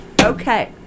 Okay